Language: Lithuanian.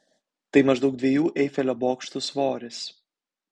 tai maždaug dviejų eifelio bokštų svoris